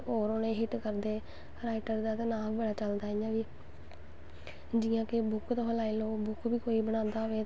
suit palazzo dress मतलव pant coat sherwani हर चीज़ मतलव बंदा सी सकदा बंदा अच्छा कम्म करी सकदा ऐ